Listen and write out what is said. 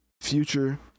Future